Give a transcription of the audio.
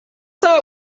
saw